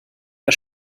der